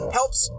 helps